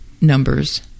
numbers